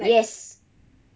yes